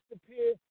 disappear